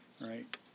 right